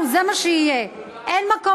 מעצר